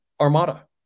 Armada